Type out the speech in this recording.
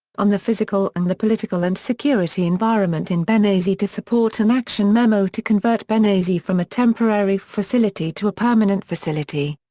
on the physical and the political and security environment in benghazi to support an action memo to convert benghazi from a temporary facility to a permanent facility.